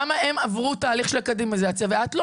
למה הם עברו תהליך של אקדמיזציה ואת לא?